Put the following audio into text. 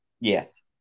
Yes